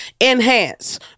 enhance